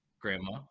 Grandma